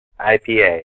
IPA